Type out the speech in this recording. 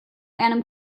einem